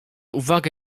uwagę